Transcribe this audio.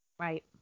Right